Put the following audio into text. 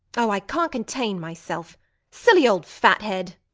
oh, i can't contain myself silly old fathead!